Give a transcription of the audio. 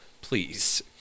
Please